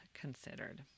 considered